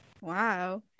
wow